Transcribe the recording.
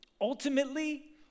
Ultimately